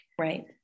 right